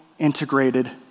integrated